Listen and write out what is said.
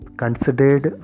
considered